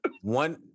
One